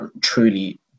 truly